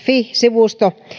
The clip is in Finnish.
fi sivusto